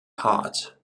hot